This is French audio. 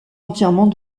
entièrement